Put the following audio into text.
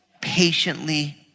patiently